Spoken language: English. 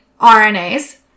RNAs